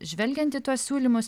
žvelgiant į tuos siūlymus